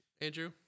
Andrew